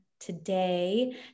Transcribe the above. today